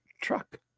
truck